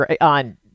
on